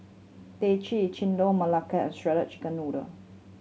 teh Chendol Melaka and shredded chicken noodle